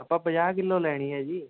ਆਪਾਂ ਪੰਜਾਹ ਕਿੱਲੋ ਲੈਣੀ ਹੈ ਜੀ